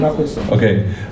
Okay